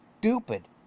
Stupid